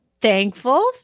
thankful